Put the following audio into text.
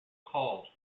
called